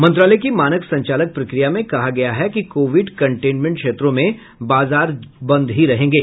मंत्रालय की मानक संचालक प्रक्रिया में कहा गया है कि कोविड कंटेनमेंट क्षेत्रों में बाजार बंद ही रहेंगे